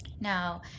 now